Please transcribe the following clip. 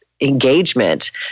engagement